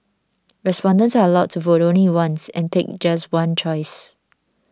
respondents are allowed to vote only once and pick just one choice